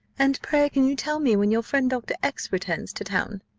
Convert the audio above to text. and pray can you tell me when your friend doctor x returns to town?